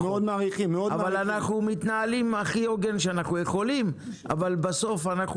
אנחנו מתנהלים הכי הוגן שאנחנו יכולים אבל בסוף,